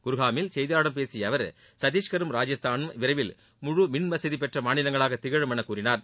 குர்ஹாமில் செய்தியாளர்களிடம் பேசிய அவர் சத்தீஷ்கரும் ராஜஸ்தானும் விரைவில் முழு மின்வசதி பெற்ற மாநிலங்களாக திகழும் என கூறினார்